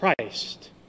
Christ